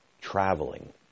traveling